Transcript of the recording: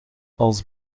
als